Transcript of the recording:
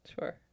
Sure